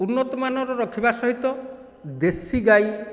ଉନ୍ନତମାନର ରଖିବା ସହିତ ଦେଶୀଗାଈ